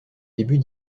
débuts